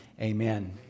Amen